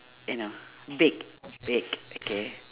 you know bake bake okay